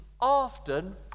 often